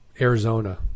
Arizona